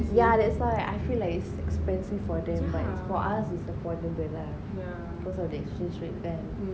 yeah that's why I feel like it's expensive for them much for us is affordable lah because of the exchange rate kan